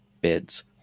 bids